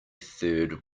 third